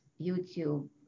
YouTube